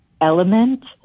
element